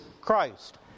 Christ